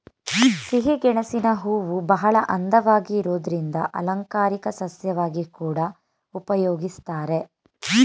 ಸಿಹಿಗೆಣಸಿನ ಹೂವುಬಹಳ ಅಂದವಾಗಿ ಇರೋದ್ರಿಂದ ಅಲಂಕಾರಿಕ ಸಸ್ಯವಾಗಿ ಕೂಡಾ ಉಪಯೋಗಿಸ್ತಾರೆ